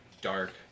dark